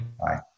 Bye